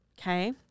Okay